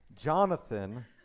Jonathan